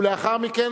ולאחר מכן,